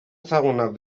ezagunak